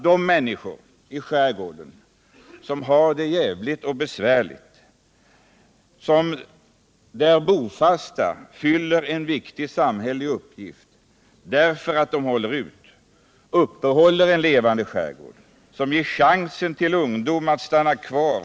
De bofasta i skärgården, som har det besvärligt, bidrar genom att de håller ut till att upprätthålla en levande skärgård, och de ger därigenom ungdomen en chans att stanna kvar.